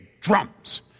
drums